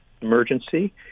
emergency